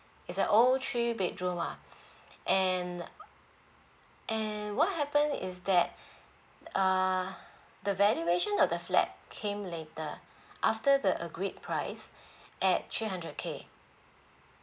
it's a old three bedroom ah and uh and what happened is that uh the valuation of the flat came later after the agreed price at three hundred K